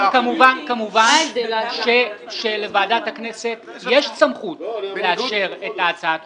כמובן שלוועדת הכנסת יש סמכות לאשר את ההצעה הדחופה.